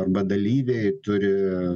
arba dalyviai turi